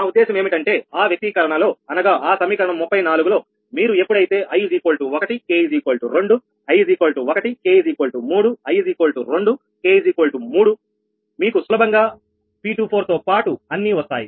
నా ఉద్దేశం ఏమిటంటే ఆ వ్యక్తీకరణలో అనగా ఆ సమీకరణం 34 లో మీరు ఎప్పుడైతే i 1k 2i 1 k 3 i 2 k 3 మీకు సులభంగా P24 తో పాటు అన్ని వస్తాయి